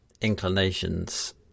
inclinations